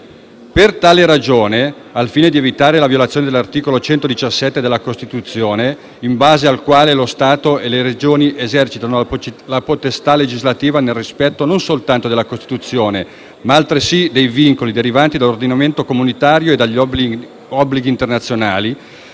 Per tale ragione, al fine di evitare la violazione dell'articolo 117 della Costituzione, in base al quale lo Stato e le Regioni esercitano la potestà legislativa nel rispetto non soltanto della Costituzione, ma altresì dei vincoli derivanti dall'ordinamento comunitario e dagli obblighi internazionali,